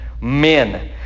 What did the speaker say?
men